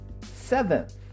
seventh